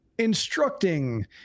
instructing